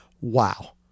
wow